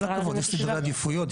יש סדרי עדיפויות.